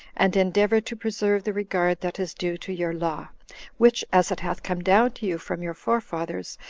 and endeavor to preserve the regard that is due to your law which as it hath come down to you from your forefathers,